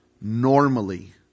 normally